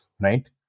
Right